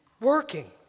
working